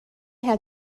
had